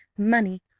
money,